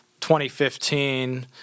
2015